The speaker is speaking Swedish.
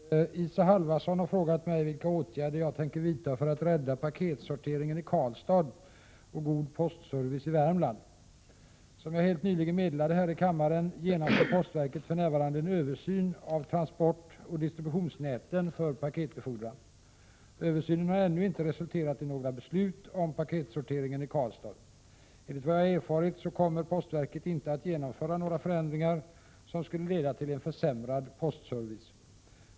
Fru talman! Isa Halvarsson har frågat mig vilka åtgärder jag tänker vidta för att rädda paketsorteringen i Karlstad och god postservice i Värmland. Som jag helt nyligen meddelade här i kammaren genomför postverket för närvarande en översyn av transportoch distributionsnäten för paketbefordran. Översynen har ännu inte resulterat i några beslut om paketsorteringen i Karlstad. Enligt vad jag har erfarit kommer postverket inte att genomföra några förändringar som skulle leda till en försämrad postservice.